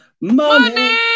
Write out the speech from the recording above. Money